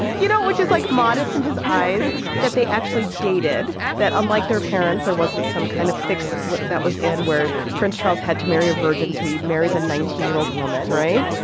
you know, which is like modest in his eyes that they actually dated that unlike their parents, there wasn't some kind of fix that was in where prince charles had to marry a virgin so who he marries a nineteen year old woman. right.